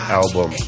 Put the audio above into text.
album